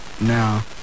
Now